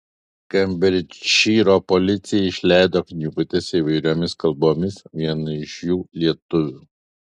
kembridžšyro policija išleido knygutes įvairiomis kalbomis viena iš jų lietuvių